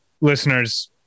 listeners